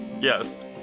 Yes